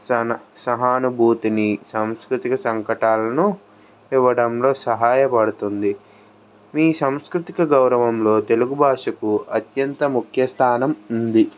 సన సహానుభూతిని సాంస్కృతిక సంకటాలను ఇవ్వడంలో సహాయపడుతుంది మీ సాంస్కృతిక గౌరవంలో తెలుగు భాషకు అత్యంత ముఖ్య స్థానం ఉంది